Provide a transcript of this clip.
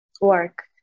work